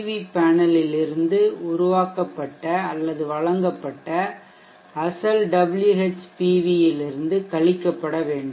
we பேனலில் இருந்து உருவாக்கப்பட்ட அல்லது வழங்கப்பட்ட அசல் WhPV இலிருந்து கழிக்கப்பட வேண்டும்